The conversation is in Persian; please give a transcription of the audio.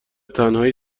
تنهایی